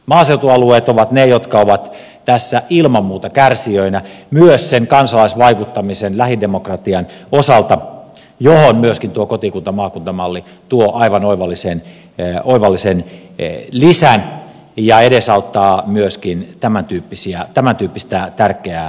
maaseutualueet ovat ne jotka ovat tässä ilman muuta kärsijöinä myös sen kansalaisvaikuttamisen lähidemokratian osalta johon myöskin tuo kotikuntamaakunta malli tuo aivan oivallisen lisän ja edesauttaa myöskin tämäntyyppistä tärkeää asiaa